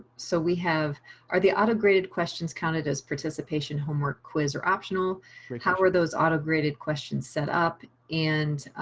so we have our the auto graded questions counted as participation homework quiz are optional recover those auto graded questions set up and